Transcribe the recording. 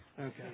Okay